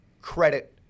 credit